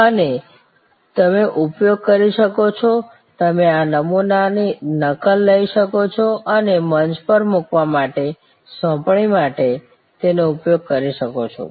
અને તમે ઉપયોગ કરી શકો છો તમે આ નમૂનાની નકલ લઈ શકો છો અને મંચ પર મૂકવા માટે સોંપણી માટે તેનો ઉપયોગ કરી શકો છો